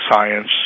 science